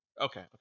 Okay